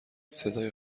صدای